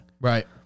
Right